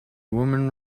woman